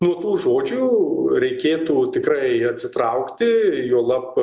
nuo tų žodžių reikėtų tikrai atsitraukti juolab